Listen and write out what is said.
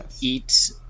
Eat